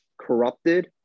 corrupted